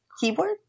keyboard